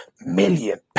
million